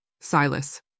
Silas